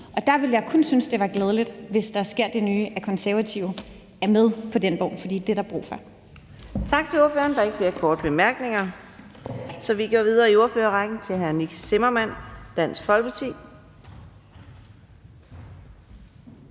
Og der ville jeg kun synes, det var glædeligt, hvis der sker det nye, at Konservative er med på den vogn, for det er der brug for.